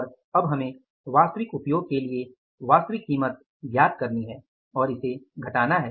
और अब हमें वास्तविक उपयोग के लिए वास्तविक कीमत ज्ञात करनी है और इसे घटाना है